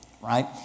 right